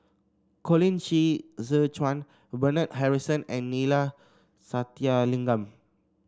Colin Qi Zhe Quan Bernard Harrison and Neila Sathyalingam